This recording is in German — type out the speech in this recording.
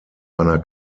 einer